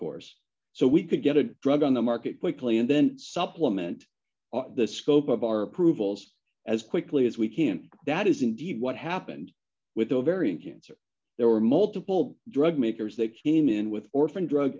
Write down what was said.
course so we could get a drug on the market quickly and then supplement the scope of our approvals as quickly as we can that isn't what happened with ovarian cancer there were multiple drug makers they came in with